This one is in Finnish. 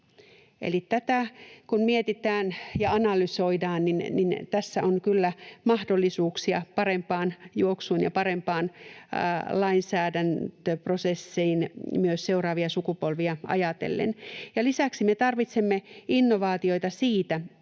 tätä mietitään ja analysoidaan, niin tässä on kyllä mahdollisuuksia parempaan juoksuun ja parempaan lainsäädäntöprosessiin myös seuraavia sukupolvia ajatellen. ”Lisäksi me tarvitsemme innovaatioita siinä,